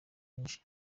nyinshi